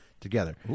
together